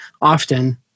often